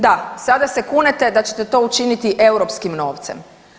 Da, sada se kunete da ćete to učiniti europskim novcem.